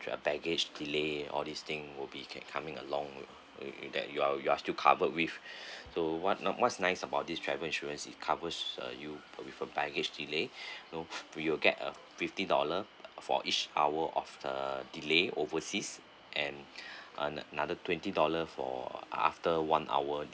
uh baggage delay all these thing would be kept coming along that that you are you are still covered with so what not what's nice about this travel insurance it covers uh you with a baggage delays you know we will get a fifty dollar for each hour of a delay overseas and on another twenty dollar for after one hour